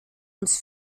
uns